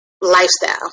lifestyle